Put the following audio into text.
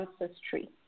ancestry